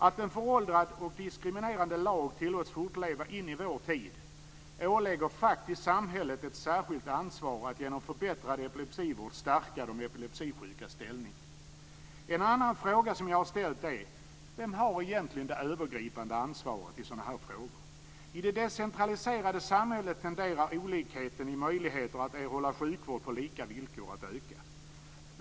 Att en föråldrad och diskriminerande lag tillåts fortleva in i vår tid ålägger faktiskt samhället ett särskilt ansvar att genom förbättrad epilepsivård stärka de epilepsisjukas ställning. En annan fråga som jag har ställt är: Vem har egentligen det övergripande ansvaret i sådana här frågor? I det decentraliserade samhället tenderar olikheten i möjligheter att erhålla sjukvård på lika villkor att öka.